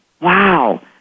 wow